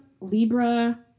Libra